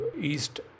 east